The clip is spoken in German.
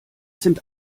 sind